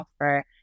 offer